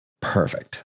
Perfect